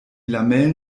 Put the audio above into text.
lamellen